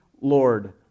Lord